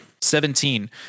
Seventeen